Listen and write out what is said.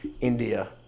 India